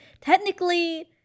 technically